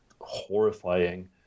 horrifying